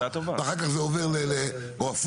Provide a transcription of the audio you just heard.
ואחר כך זה עובר למהנדס העיר,